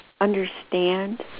understand